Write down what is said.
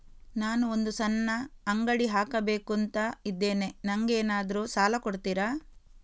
ನಾನು ಒಂದು ಸಣ್ಣ ಅಂಗಡಿ ಹಾಕಬೇಕುಂತ ಇದ್ದೇನೆ ನಂಗೇನಾದ್ರು ಸಾಲ ಕೊಡ್ತೀರಾ?